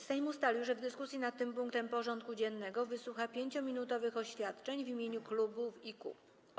Sejm ustalił, że w dyskusji nad tym punktem porządku dziennego wysłucha 5-minutowych oświadczeń w imieniu klubów i kół.